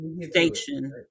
station